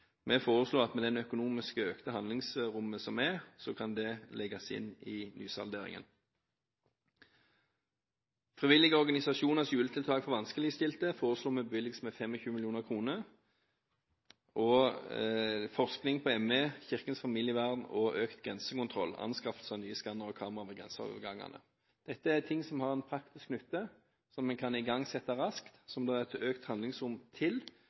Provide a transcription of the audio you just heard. vanskeligstilte foreslår vi bevilges med 25 mill. kr. Forskning på ME, Kirkens Familievern, økt grensekontroll og anskaffelse av nye skannere og kameraer ved grenseovergangene er noe som har praktisk nytte, som en kan igangsette raskt, som det er et økt handlingsrom til,